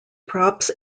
props